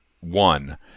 one